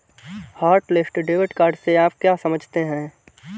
Hotlist debit card से आप क्या समझते हैं?